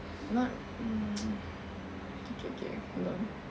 not mm okay okay okay hold on